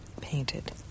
painted